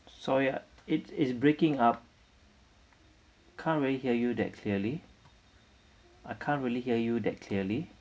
sorry ya it it's breaking up can't really hear you that clearly I can't really hear you that clearly